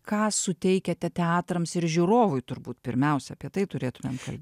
ką suteikiate teatrams ir žiūrovui turbūt pirmiausia apie tai turėtumėm kalbė